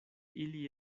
ili